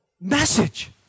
message